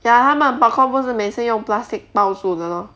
ya ma~ popcorn 不是每次用 plastic 包住的 lor